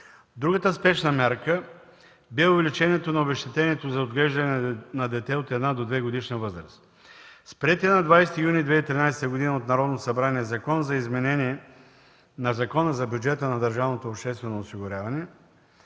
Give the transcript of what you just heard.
Другата спешна мярка бе увеличението на обезщетението за отглеждане на дете от една до двегодишна възраст. С приетия на 20 юни 2013 г. от Народното събрание Закон за изменение на Закона за бюджета на държавното обществено осигуряване